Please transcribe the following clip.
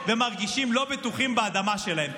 ומרגישים לא בטוחים על האדמה שלהם.